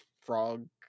frog